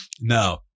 No